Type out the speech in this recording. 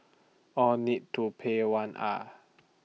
all need to pay one ah